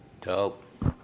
Dope